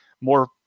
more